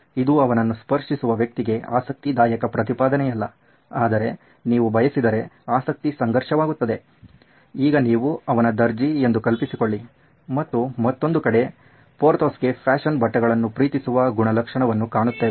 ಇದು ಅವನನ್ನು ಸ್ಪರ್ಶಿಸುವ ವ್ಯಕ್ತಿಗೆ ಆಸಕ್ತಿದಾಯಕ ಪ್ರತಿಪಾದನೆಯಲ್ಲ ಆದರೆ ನೀವು ಬಯಸಿದರೆ ಆಸಕ್ತಿ ಸಂಘರ್ಷವಾಗುತ್ತದೆ ಈಗ ನೀವು ಅವನ ದರ್ಜಿ ಎಂದು ಕಲ್ಪಿಸಿಕೊಳ್ಳಿ ಮತ್ತು ಮತ್ತೊಂದು ಕಡೆ ಪೊರ್ಥೋಸ್ ಗೆ ಫ್ಯಾಶನ್ ಬಟ್ಟೆಗಳನ್ನು ಪ್ರೀತಿಸುವ ಗುಣಲಕ್ಷಣವನ್ನು ಕಾಣುತ್ತೇವೆ